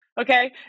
Okay